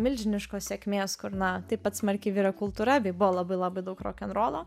milžiniškos sėkmės kur na taip pat smarkiai virė kultūra bei buvo labai labai daug rokenrolo